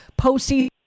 postseason